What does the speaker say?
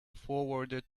forwarded